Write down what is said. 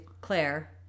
Claire